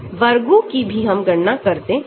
वेगों की भी हम गणना करते हैं